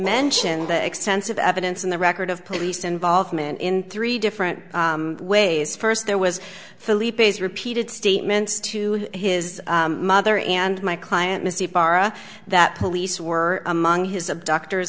mention the extensive evidence in the record of police involvement in three different ways first there was philippe's repeated statements to his mother and my client misty bara that police were among his abductors